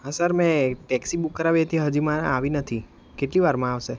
હા સર મેં taxi book કરાવી હતી હજુ મારે આવી નથી કેટલી વારમાં આવશે